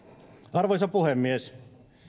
arvoisa puhemies